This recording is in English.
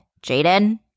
Jaden